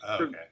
Okay